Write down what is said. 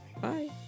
Bye